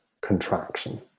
contraction